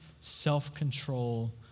self-control